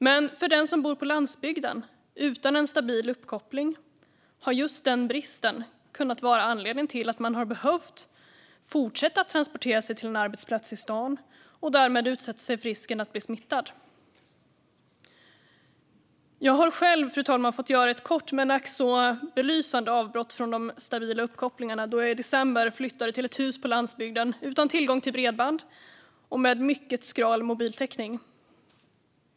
Men för den som bor på landsbygden har en instabil uppkoppling kunnat vara anledningen till att man har behövt fortsätta att transportera sig till en arbetsplats i stan och därmed utsätta sig för risken att bli smittad. Fru talman! Jag har själv fått göra ett kort, men ack så belysande, avbrott från de stabila uppkopplingarna då jag i december flyttade till ett hus på landsbygden utan tillgång till bredband och med mycket skral mobiltäckning.